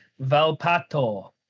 Valpato